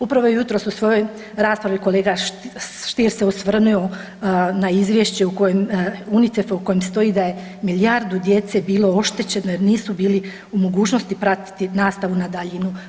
Upravo jutros u svojoj raspravi kolega Stier se osvrnuo na izvješće UNICEF-a u kojem stoji da je milijardu djece bilo oštećeno jer nisu bili u mogućnosti pratiti nastavu na daljinu.